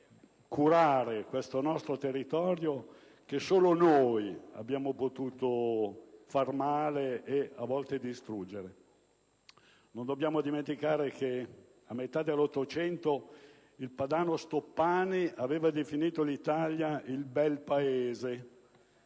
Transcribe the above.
curare questo nostro territorio cui solo noi abbiamo potuto far male e che, a volte, abbiamo potuto distruggere. Non dobbiamo dimenticare che a metà dell'800 il padano Stoppani aveva definito l'Italia «il bel Paese»;